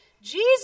Jesus